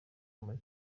muri